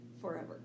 forever